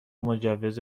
مجوز